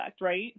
right